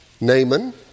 Naaman